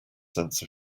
sense